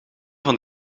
van